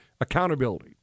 Accountability